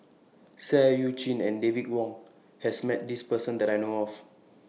Seah EU Chin and David Wong has Met This Person that I know of